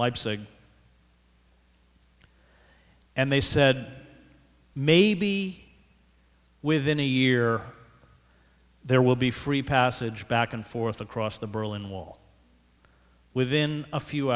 leipzig and they said maybe within a year there will be free passage back and forth across the berlin wall within a few